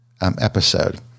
episode